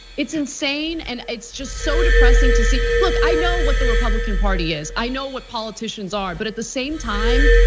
it's insane and it's just so depressing to see. look, i know what the republican party is. i know what politicians are, but at the same time,